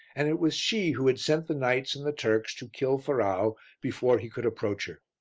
and it was she who had sent the knights and the turks to kill ferrau before he could approach her.